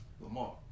Lamar